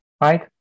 right